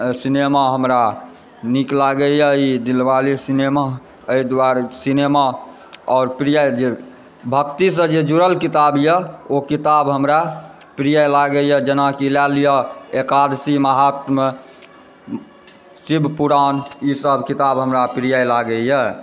cinema हमरा नीक लागैए ई दिलवाले सिनेमा एहि दुआरे सिनेमा आओर प्रिय जे भक्तिसँ जे जुड़ल किताबए ओ किताब हमरा प्रिय लागैए जेनाकि लए लिअ एकादशी माहत्मय शिवपुराण ईसभ किताब हमरा प्रिय लागैए